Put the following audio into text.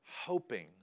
hoping